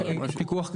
יהיה פיקוח.